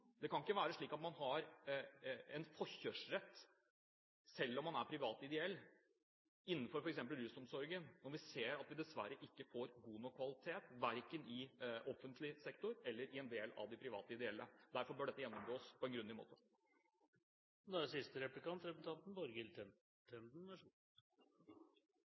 Det kan ikke være slik at man innenfor f.eks. rusomsorgen har en forkjørsrett selv om man er privat ideell, når vi ser at vi dessverre ikke får god nok kvalitet verken i offentlig sektor eller i en del av de private ideelle. Derfor bør dette gjennomgås på en grundig måte. Når jeg hører på representanten Micaelsen, er alt såre vel. Det